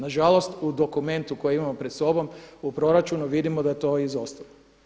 Na žalost u dokumentu koji imamo pred sobom u proračunu vidimo da je to izostalo.